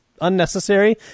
unnecessary